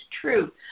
true